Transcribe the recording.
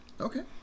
Okay